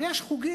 אבל יש חוגים,